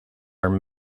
are